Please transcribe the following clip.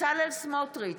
בצלאל סמוטריץ'